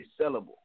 sellable